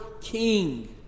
king